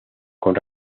con